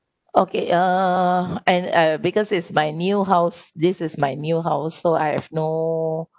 okay uh and uh because it's my new house this is my new house so I have no